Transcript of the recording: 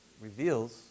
reveals